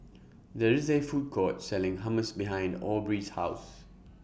There IS A Food Court Selling Hummus behind Aubrey's House